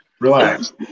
Relax